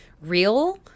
real